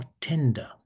tender